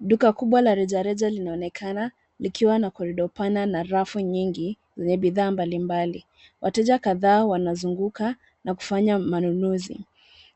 Duka kubwa la rejareja linaonekana likiwa na korido pana na rafu nyingi zenye bidhaa mbalimbali. Wateja kadhaa wanazunguka na kufanya manunuzi,